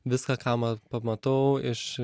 viską ką ma pamatau iš